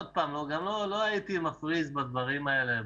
גם לא הייתי מפריז בדברים האלה,